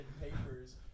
papers